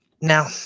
Now